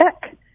check